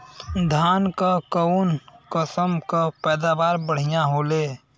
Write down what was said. धान क कऊन कसमक पैदावार बढ़िया होले?